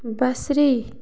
بصری